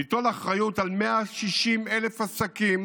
ליטול אחריות על 160,000 עסקים